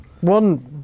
One